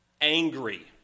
angry